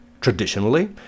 Traditionally